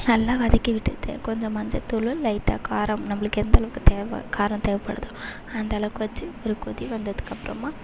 நல்லா வதக்கிவிட்டுட்டு கொஞ்சம் மஞ்சள் தூள் லைட்டாக காரம் நம்புளுக்கு எந்தளவுக்கு தேவை காரம் தேவைப்படுதோ அந்தளவுக்கு வச்சு ஒரு கொதி வந்ததுக்கப்புறமா